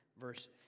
verse